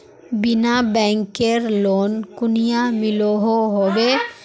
बिना बैंकेर लोन कुनियाँ मिलोहो होबे?